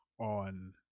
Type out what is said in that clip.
on